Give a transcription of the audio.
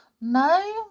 No